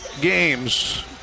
games